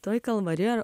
toje kalvarijoje